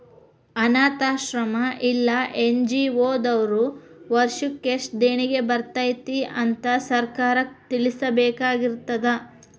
ಅನ್ನಾಥಾಶ್ರಮ್ಮಾ ಇಲ್ಲಾ ಎನ್.ಜಿ.ಒ ದವ್ರು ವರ್ಷಕ್ ಯೆಸ್ಟ್ ದೇಣಿಗಿ ಬರ್ತೇತಿ ಅಂತ್ ಸರ್ಕಾರಕ್ಕ್ ತಿಳ್ಸಬೇಕಾಗಿರ್ತದ